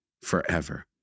forever